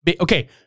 Okay